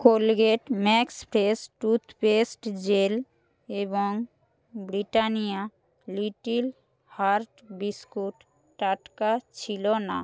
Colgate max fresh toothpaste gel এবং Britannia little heart biscuit টাটকা ছিল না